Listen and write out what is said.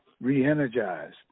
re-energized